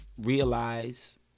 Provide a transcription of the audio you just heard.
realize